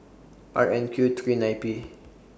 R N Q three nine P